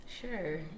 Sure